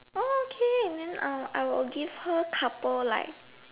oh okay then uh I will give her couple like